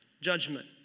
Judgment